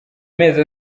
mezi